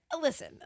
Listen